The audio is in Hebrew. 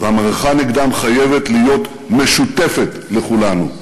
והמערכה נגדם חייבת להיות משותפת לכולנו.